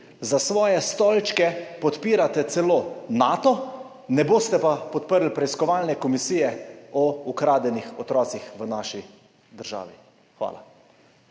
za svoje stolčke podpirate celo Nato, ne boste pa podprli preiskovalne komisije o ukradenih otrocih v naši državi. Hvala.